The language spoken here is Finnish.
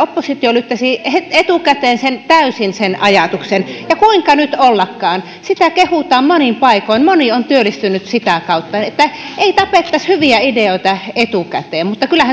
oppositio lyttäsi etukäteen täysin sen ajatuksen ja kuinka ollakaan nyt sitä kehutaan monin paikoin moni on työllistynyt sitä kautta että ei tapettaisi hyviä ideoita etukäteen mutta kyllähän